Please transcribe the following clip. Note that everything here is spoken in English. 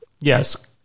Yes